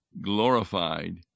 glorified